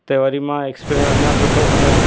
हुते वरी मां एक्सपीरियन अञा सुठो खयो